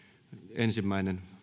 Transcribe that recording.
ensimmäinen